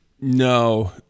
No